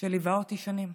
שליווה אותי שנים.